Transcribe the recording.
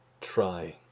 try